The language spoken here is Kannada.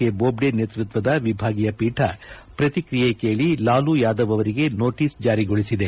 ಎ ಬೊಬ್ಡೆ ನೇತೃತ್ವದ ವಿಭಾಗೀಯ ಪೀಠ ಪ್ರತಿಕ್ರಿಯೆ ಕೇಳ ಲಾಲೂ ಯಾದವ್ ಅವರಿಗೆ ನೋಟಸ್ ಜಾರಿಗೊಳಿಸಿದೆ